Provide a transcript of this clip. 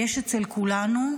כבר יש אצל כולנו,